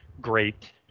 great